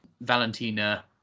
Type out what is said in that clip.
Valentina